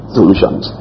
solutions